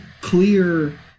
clear